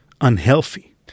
unhealthy